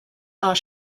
are